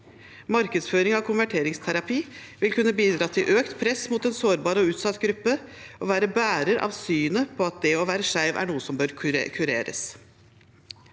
Markedsføring av konverteringsterapi vil kunne bidra til økt press mot en sårbar og utsatt gruppe og være bærer av synet på at det å være skeiv er noe som bør kureres.